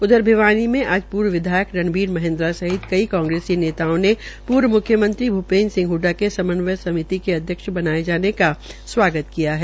उधर भिवानी में आज पूर्व विधायक रणबीर महेन्दा सहित कई कांग्रेसी नेताओं ने पूर्व म्ख्यमंत्री भूपेन्द्र सिंह हडडा के समन्वय के अध्यक्ष बनाये जाने का स्वागत किया है